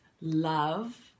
love